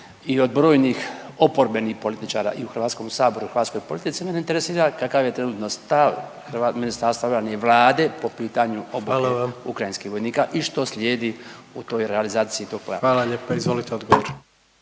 i od brojnih oporbenih političara i u Hrvatskom saboru, hrvatskoj politici mene interesira kakav je trenutno stav Ministarstva obrane i Vlade po pitanju obuke ukrajinskih vojnika i što slijedi u toj realizaciji tog plana. **Jandroković, Gordan